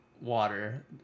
water